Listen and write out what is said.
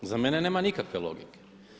Za mene nema nikakve logike.